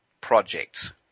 projects